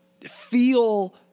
feel